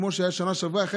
כמו שהיה בשנה שעברה,